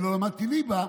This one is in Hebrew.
אני לא למדתי ליבה,